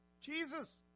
Jesus